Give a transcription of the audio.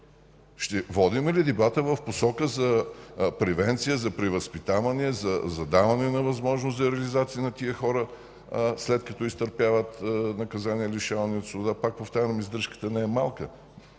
Ще водим ли дебата в посока за превенция, за превъзпитаване, за даване на възможност за реализация на тези хора, след като изтърпят наказание лишаване от свобода? Пак повтарям, издръжката не е малка